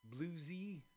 Bluesy